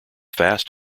fast